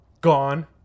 gone